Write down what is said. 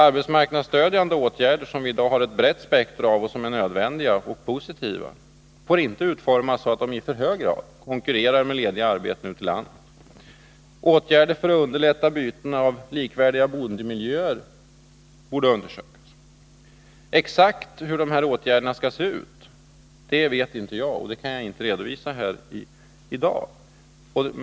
Arbetsmarknadsstödjande åtgärder — som vi i dag har ett brett spektra av och som är nödvändiga och positiva — får inte utformas så, att de konkurrerar med lediga arbeten ute i landet. Åtgärder för att underlätta byten av likvärdiga boendemiljöer borde också undersökas. Exakt hur dessa åtgärder skall se ut kan jag inte redovisa här i dag.